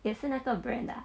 也是那个 brand 的 ah